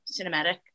cinematic